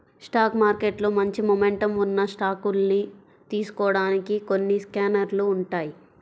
stock మార్కెట్లో మంచి momentum ఉన్న స్టాకుల్ని తెలుసుకోడానికి కొన్ని స్కానర్లు ఉంటాయ్